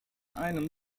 einem